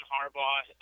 Harbaugh